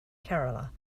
kerala